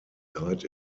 died